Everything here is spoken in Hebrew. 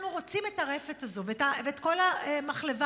אנחנו רוצים את הרפת הזו ואת כל המחלבה,